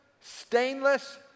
stainless